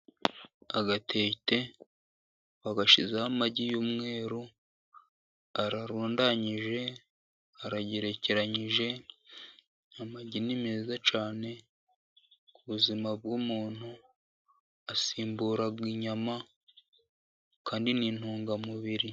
Agatete bagashyizeho amagi y'umweru, ararundanyije, aragerekeranyije, amagi ni meza cyane ku buzima bw'umuntu, asimbura inyama, kandi ni intungamubiri.